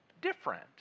different